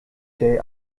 day